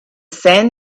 sand